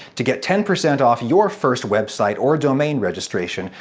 to get ten percent off your first website or domain registration,